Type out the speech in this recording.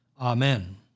Amen